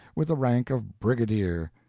with the rank of brigadier,